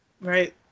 Right